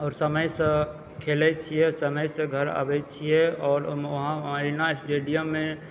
आओर समयसँ खेलए छिऐ समयसंँ घर आबए छिऐ आओर ओहिमे वहाँ एरिना स्टेडियममे